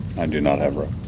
and do not have rope.